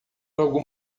algum